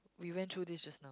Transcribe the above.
we went through this just now